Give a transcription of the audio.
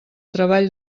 treball